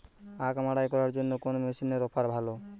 আখ মাড়াই করার জন্য কোন মেশিনের অফার ভালো?